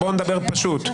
בוא נדבר פשוט,